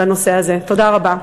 תודה רבה.